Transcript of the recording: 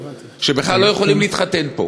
שבכלל לא יכולים להתחתן פה.